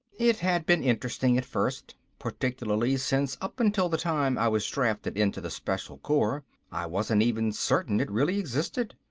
it had been interesting at first. particularly since up until the time i was drafted into the special corps i wasn't even certain it really existed.